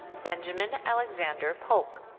benjamin alexander polk.